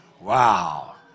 Wow